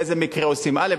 באיזה מקרה עושים א',